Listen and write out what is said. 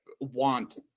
want